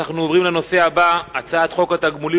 אנחנו עוברים לנושא הבא: הצעת חוק התגמולים